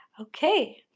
Okay